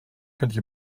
könnte